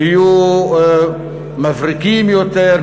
יהיו מבריקים יותר,